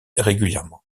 régulièrement